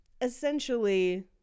essentially